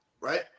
right